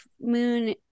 moon